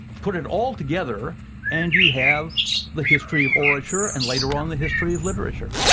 put it all together and you have the history of orature and later on the history of literature.